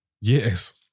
Yes